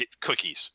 cookies